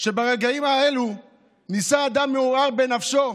שברגעים האלו ניסה אדם מעורער בנפשו